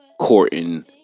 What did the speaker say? courting